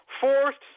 Forced